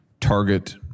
target